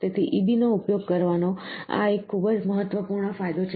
તેથી EB નો ઉપયોગ કરવાનો આ એક ખૂબ જ મહત્વપૂર્ણ ફાયદો છે